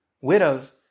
widows